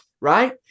right